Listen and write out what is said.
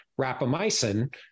rapamycin